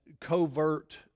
covert